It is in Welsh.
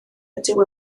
ydyw